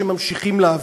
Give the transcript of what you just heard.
שממשיכים להביא.